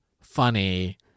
funny